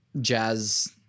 jazz